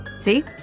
See